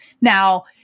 now